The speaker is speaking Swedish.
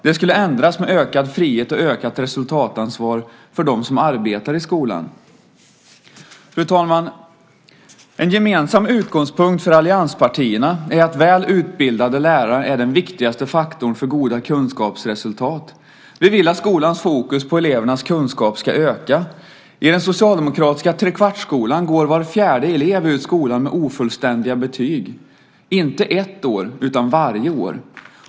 Det skulle ändras med ökad frihet och ökat resultatansvar för dem som arbetar i skolan. Fru talman! En gemensam utgångspunkt för allianspartierna är att väl utbildade lärare är den viktigaste faktorn för goda kunskapsresultat. Vi vill att skolans fokus på elevernas kunskap ska öka. I den socialdemokratiska trekvartsskolan går var fjärde elev ut skolan med ofullständiga betyg, inte ett år utan varje år.